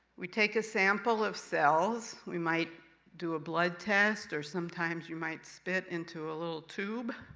we take a sample of cells. we might do a blood test or sometimes you might spit into a little tube.